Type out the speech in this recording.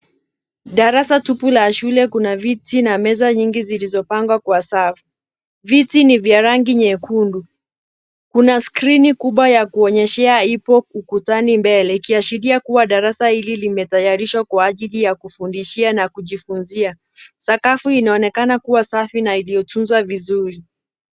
Darasa tupu la shule. Kuna viti na meza nyingi zilizopangwa kwa safu. Viti ni vya rangi nyekundu. Kuna skrini kubwa ya kuonyeshea ipo ukutani mbele ikiashiria kuwa darasa hili limetayarishwa kwa ajili ya kufundishia na kujifunza. Sakafu inaonekana kuwa safi na iliyotunzwa vizuri.